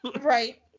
Right